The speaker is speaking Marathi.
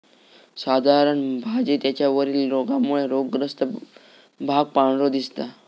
साधारण भाजी त्याच्या वरील रोगामुळे रोगग्रस्त भाग पांढरो दिसता